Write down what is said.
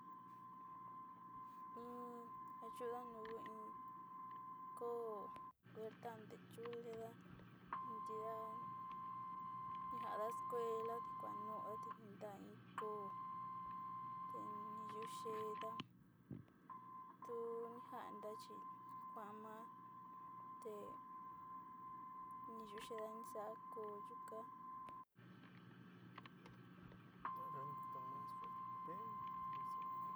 O ntaka kiti ja yu'uda kaku in taka koo in xikui in sapo na'anu tniñi yuka ka in taka kiti yu'uda.